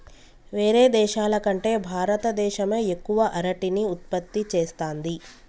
వేరే దేశాల కంటే భారత దేశమే ఎక్కువ అరటిని ఉత్పత్తి చేస్తంది